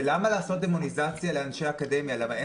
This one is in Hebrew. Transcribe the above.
למה לעשות דמוניזציה לאנשי האקדמיה?